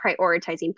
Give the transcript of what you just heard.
prioritizing